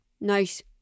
nice